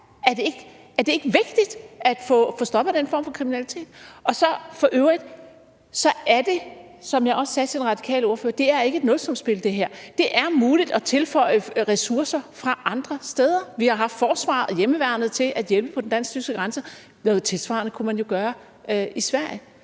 Er det ikke vigtigt at få stoppet den form for kriminalitet? Og for øvrigt, som jeg også sagde til den radikale ordfører, er det ikke et nulsumsspil det her. Det er muligt at tilføje ressourcer fra andre steder. Vi har haft forsvaret og hjemmeværnet til at hjælpe ved den dansk-tyske grænse. Noget tilsvarende kunne man jo gøre i forhold